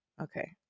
Okay